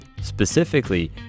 specifically